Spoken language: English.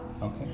okay